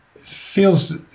feels